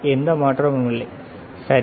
எந்த மாற்றமும் இல்லை சரி